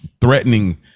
threatening